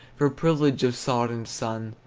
for privilege of sod and sun,